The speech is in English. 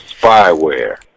spyware